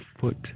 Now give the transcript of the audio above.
foot